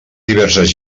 diverses